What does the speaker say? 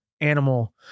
animal